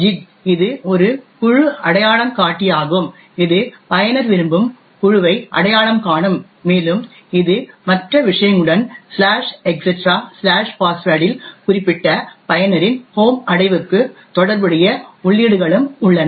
GID இது ஒரு குழு அடையாளங்காட்டியாகும் இது பயனர் விரும்பும் குழுவை அடையாளம் காணும் மேலும் இது மற்ற விஷயங்களுடன் etc password இல் குறிப்பிட்ட பயனரின் ஹோம் அடைவுக்கு தொடர்புடைய உள்ளீடுகளும் உள்ளன